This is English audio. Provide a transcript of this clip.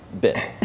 bit